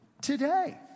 Today